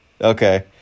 Okay